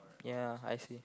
ya I see